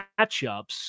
matchups